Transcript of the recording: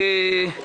אני מחדש